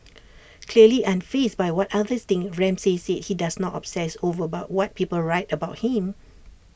clearly unfazed by what others think Ramsay said he does not obsess over about what people write about him